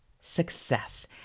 Success